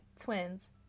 twins